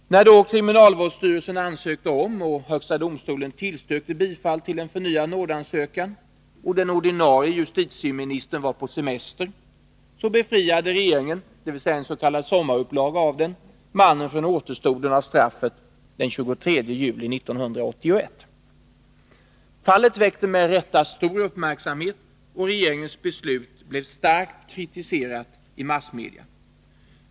När då kriminalvårdsstyrelsen ansökte om nåd, HD tillstyrkte bifall till en förnyad nådeansökan och den ordinarie justitieministern var på semester, Fallet väckte med rätta stor uppmärksamhet och regeringens beslut blev 12 maj 1982 starkt kritiserat i massmedia.